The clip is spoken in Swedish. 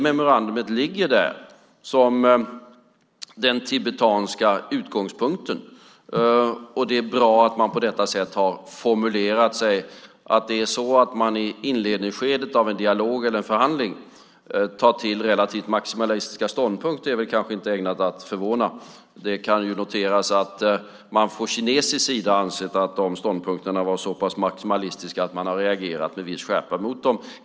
Memorandumet ligger där som den tibetanska utgångspunkten. Det är bra att man på detta sätt har formulerat sig. Att man i inledningsskedet av en dialog eller en förhandling tar till relativt maximalistiska ståndpunkter är väl kanske inte ägnat att förvåna. Det kan noteras att man från kinesisk sida har ansett att ståndpunkterna var så pass maximalistiska att man har reagerat med viss skärpa mot dem.